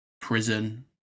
prison